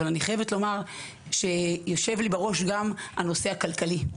אני חייבת לומר שיושב לי בראש גם הנושא הכלכלי,